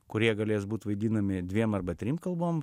kurie galės būt vaidinami dviem arba trim kalbom